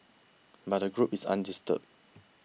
but the group is undisturbed